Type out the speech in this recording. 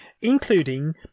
including